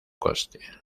coste